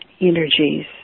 energies